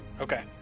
Okay